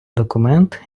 документ